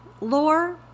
lore